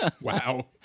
Wow